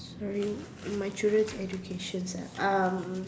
sorry my children's educations ah um